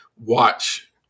watch